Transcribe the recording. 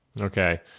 Okay